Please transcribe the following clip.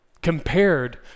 compared